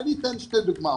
אני אתן שתי דוגמאות.